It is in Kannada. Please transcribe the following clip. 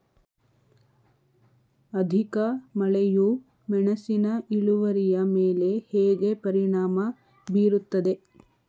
ಅಧಿಕ ಮಳೆಯು ಮೆಣಸಿನ ಇಳುವರಿಯ ಮೇಲೆ ಹೇಗೆ ಪರಿಣಾಮ ಬೀರುತ್ತದೆ?